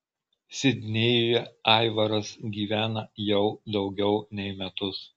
sidnėjuje aivaras gyvena jau daugiau nei metus